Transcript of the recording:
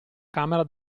camera